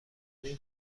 این